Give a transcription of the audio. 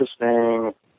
interesting